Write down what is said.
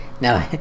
No